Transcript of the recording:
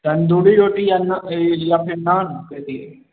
तंदूरी रोटी या नान या फिर नान कहि दियै